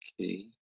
okay